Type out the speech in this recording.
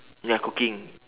ya cooking